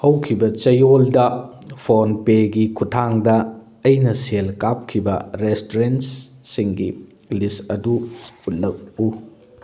ꯍꯧꯈꯤꯕ ꯆꯌꯣꯜꯗ ꯐꯣꯟ ꯄꯦꯒꯤ ꯈꯨꯠꯊꯥꯡꯗ ꯑꯩꯅ ꯁꯦꯜ ꯀꯥꯞꯈꯤꯕ ꯔꯦꯁꯇꯨꯔꯦꯟꯠꯁꯤꯡꯒꯤ ꯂꯤꯁ ꯑꯗꯨ ꯎꯠꯂꯛꯎ